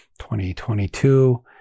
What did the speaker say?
2022